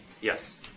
Yes